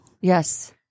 Yes